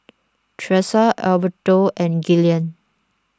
Tressa Alberto and Gillian